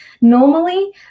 normally